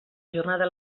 jornada